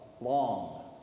long